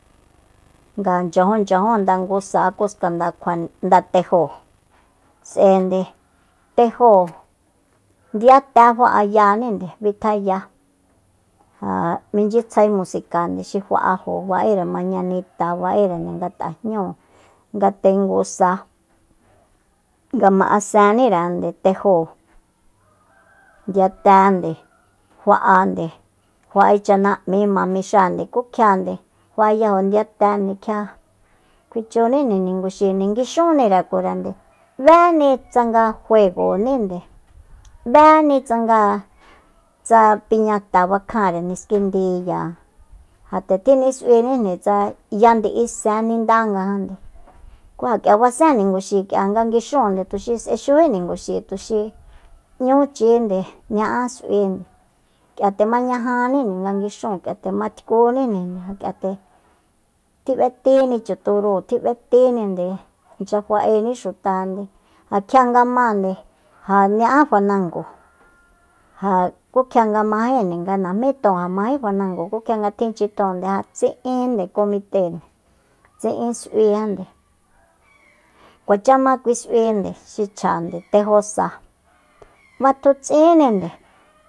Nga nchyajun nchyajun nda ngu sa ku skanda kjua nda tejóo s'aende tejóo ndiyate fa'ayaninde bitjaya ja minchyitsjae musika xi fa'ajo ba'ere mañanita ja ba'ere nga tajñúu nga tengu sa nga ma'asennirende tejóo ndiyatende fa'ande fa'e chanam'i ma mixáande ku kjiande fa'ayajo ndiyatende kjia kjuichuni ninguxi nguixúnirekurende b'éni tsanga juegoní b'éni tsanga tsa piñata bakjanre niskindiya ja nde tjinis'uininde tsa ndi'i sen nindangajande ku ja k'ia basen ninguxi k'ia nga nguixúunde tu xi s'xiují tuxi n'ñúchinde ña'a s'uinde k'ia nde mañajaninde nga nguixúun k'ia nde matkúni k'ia nde tji'betíni chu turúu tji 'betininde inchya fa'eni xutande ja kjia nga máande ja ña'á fanango ja ku kjia majénde nga najmí ton ja majé fanango ku tsanga tjinchi ton nde ja tsi'inde comitée tsi'in s'uijande kuacha ma kui s'uinde xi chjande tejo sa fatjutsínninde